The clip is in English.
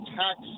tax